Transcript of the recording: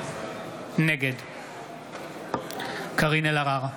נגד קארין אלהרר,